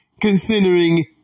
considering